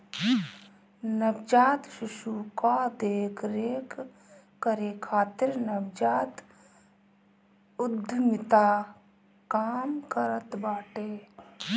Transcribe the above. नवजात शिशु कअ देख रेख करे खातिर नवजात उद्यमिता काम करत बाटे